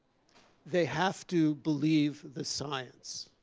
they have to believe the science,